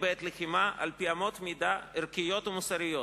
בלחימה על-פי אמות מידה ערכיות ומוסריות